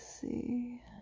see